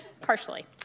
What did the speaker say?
partially